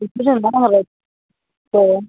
ᱥᱮ